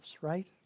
Right